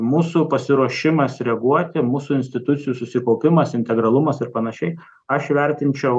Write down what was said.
mūsų pasiruošimas reaguoti mūsų institucijų susikaupimas integralumas ir panašiai aš vertinčiau